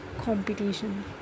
competition